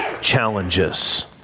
challenges